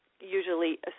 usually